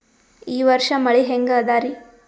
ಈ ವರ್ಷ ಮಳಿ ಹೆಂಗ ಅದಾರಿ?